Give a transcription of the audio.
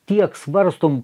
tiek svarstom